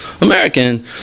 American